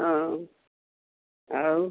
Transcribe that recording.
ହଉ ଆଉ